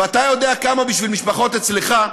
ואתה יודע כמה בשביל משפחות אצלך,